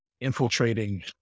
infiltrating